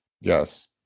yes